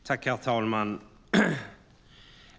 Herr talman!